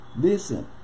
listen